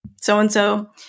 so-and-so